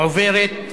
עוברות לשטח,